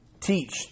teach